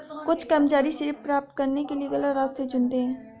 कुछ कर्मचारी श्रेय प्राप्त करने के लिए गलत रास्ते चुनते हैं